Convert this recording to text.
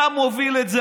אתה מוביל את זה,